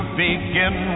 begin